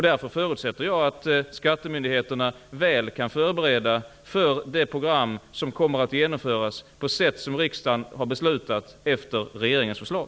Därför förutsätter jag att skattemyndigheterna väl kan göra förberedningar för det program som kommer att genomföras på det sätt som riksdagen har beslutat, efter regeringens förslag.